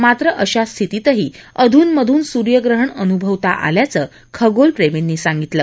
मात्र अशा स्थितीतही अध्रन मधून सूर्यग्रहण अनुभवता आल्याचं खगोलप्रेमींनी सांगितलं